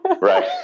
Right